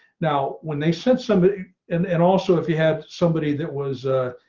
now when they sent somebody and and also if you had somebody that was